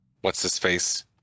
what's-his-face